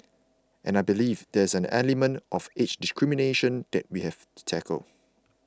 and I believe there's an element of age discrimination that we have to tackle